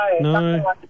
No